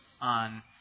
on